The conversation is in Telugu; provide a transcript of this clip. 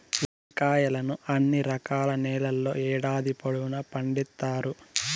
వంకాయలను అన్ని రకాల నేలల్లో ఏడాది పొడవునా పండిత్తారు